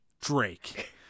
Drake